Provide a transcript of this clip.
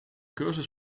cursus